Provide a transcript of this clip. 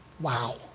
Wow